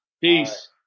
Peace